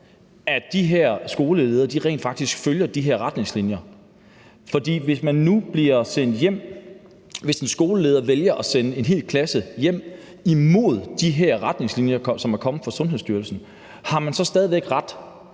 at skolelederne rent faktisk følger de her retningslinjer. For hvis en skoleleder vælger at sende en hel klasse hjem i strid med de her retningslinjer, som er kommet fra Sundhedsstyrelsen, har man så stadig væk ret